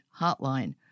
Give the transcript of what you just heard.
Hotline